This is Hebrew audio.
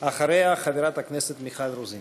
אחריה, חברת הכנסת מיכל רוזין.